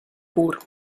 pur